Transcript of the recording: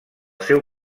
seu